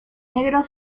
negro